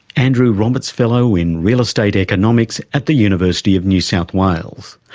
andrew roberts fellow in real estate economics at the university of new south wales.